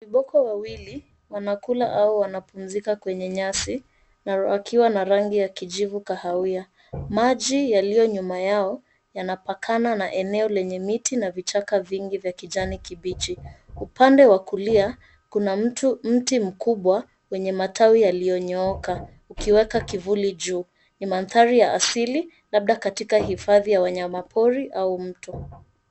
Viboko wawili wanakula au wanapumzika kwenye nyasi wakiwa na rangi ya kijivu kahawia. Maji yaliyo nyuma yao yanapakana na eneo lenye miti na vichaka mingi vya kijani kibichi upande wa kulia kuna mti mkubwa wenye matawi yaliyonyooka ikiweka kivuli juu. Ni Mandhari ya asili labda katika hifadhi wa nyama pori au mto.